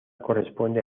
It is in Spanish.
corresponde